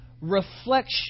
reflection